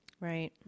Right